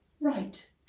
Right